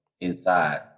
inside